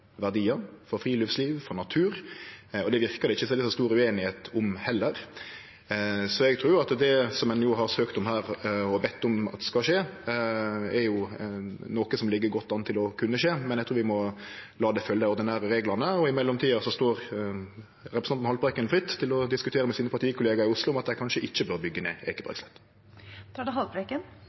verdiar for friluftsliv og for natur. Det verkar det ikkje å vere så stor ueinigheit om heller, så eg trur at det som ein har søkt om her og bedt om at skal skje, er noko som ligg godt an til å kunne skje. Men eg trur vi må la det følgje dei ordinære reglane, og i mellomtida står representanten Haltbrekken fritt til å diskutere med sine partikollegaer i Oslo at dei kanskje ikkje bør byggje ned